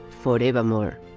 forevermore